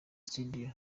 studio